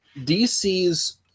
DC's